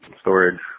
storage